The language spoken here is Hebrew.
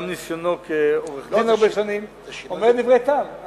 גם בניסיונו כעורך-דין הרבה שנים, אומר דברי טעם.